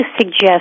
suggest